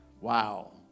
Wow